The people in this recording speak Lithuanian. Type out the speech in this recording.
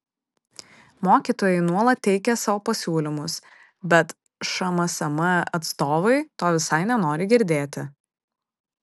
mokytojai nuolat teikia savo pasiūlymus bet šmsm atstovai to visai nenori girdėti